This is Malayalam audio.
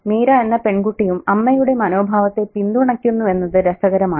മീര എന്ന പെൺകുട്ടിയും അമ്മയുടെ മനോഭാവത്തെ പിന്തുണക്കുന്നുവെന്നത് രസകരമാണ്